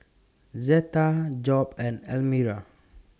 Zetta Job and Elmira